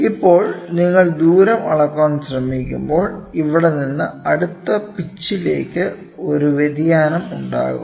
ഇപ്പോൾ നിങ്ങൾ ദൂരം അളക്കാൻ ശ്രമിക്കുമ്പോൾ ഇവിടെ നിന്ന് അടുത്ത പിച്ചിലേക്ക് ഒരു വ്യതിയാനം ഉണ്ടാകും